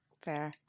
Fair